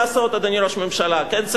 אדוני ראש הממשלה, מה לעשות?